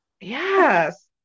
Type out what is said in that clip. Yes